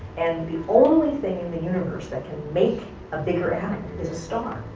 and the only thing in the universe that can make a bigger atom is a star.